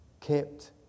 kept